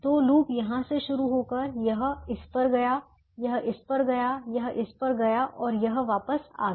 तो लूप यहां से शुरू होकर यह इस पर गया यह इस पर गया यह इस पर गया और यह वापस आ गया